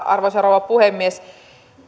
arvoisa rouva puhemies